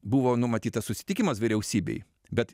buvo numatytas susitikimas vyriausybėj bet